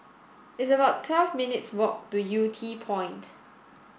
it's about twelve minutes' walk to Yew Tee Point